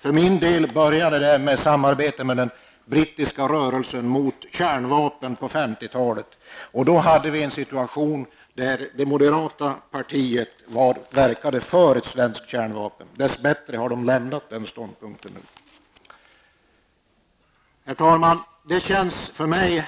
För min del började det med samarbetet med den brittiska rörelsen mot kärnvapen på 50 talet. Då hade vi en situation där det moderata partiet verkade för ett svenskt kärnvapen. Dess bättre har partiet lämnat den ståndpunkten. Herr talman! Det känns för mig